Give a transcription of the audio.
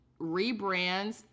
rebrands